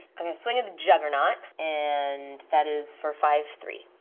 i'm gonna swing at juggernaut, and that is for five, three.